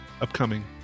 upcoming